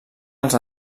els